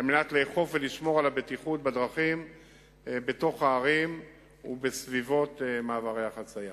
כדי לאכוף ולשמור על הבטיחות בדרכים בתוך הערים ובסביבות מעברי חצייה.